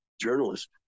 journalist